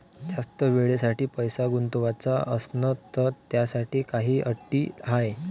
जास्त वेळेसाठी पैसा गुंतवाचा असनं त त्याच्यासाठी काही अटी हाय?